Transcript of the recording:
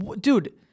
Dude